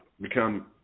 become